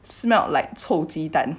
smelt like 臭鸡蛋